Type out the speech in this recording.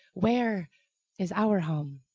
where is our home?